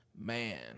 Man